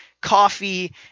coffee